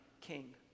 king